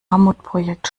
mammutprojekt